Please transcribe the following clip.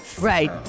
Right